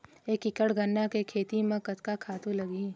एक एकड़ गन्ना के खेती म कतका खातु लगही?